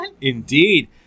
Indeed